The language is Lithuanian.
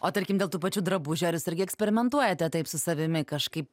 o tarkim dėl tų pačių drabužių ar jūs irgi eksperimentuojate taip su savimi kažkai